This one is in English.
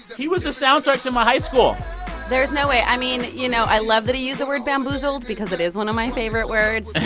he was the soundtrack to my high school there's no way. i mean, you know, i love that he used the word bamboozled because it is one of my favorite words